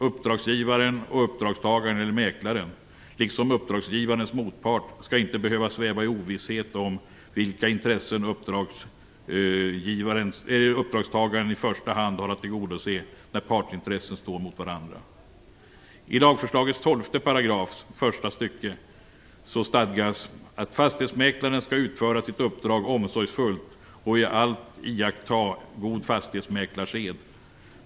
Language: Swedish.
Uppdragsgivaren och uppdragstagaren - mäklaren - liksom uppdragsgivarens motpart skall inte behöva sväva i ovisshet om vilka intressen uppdragstagaren i första hand har att tillgodose när partsintressen står emot varandra. "Fastighetsmäklaren skall utföra sitt uppdrag omsorgsfullt och i allt iaktta god fastighetsmäklarsed.